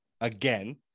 again